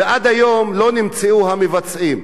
ועד היום לא נמצאו המבצעים,